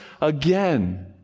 again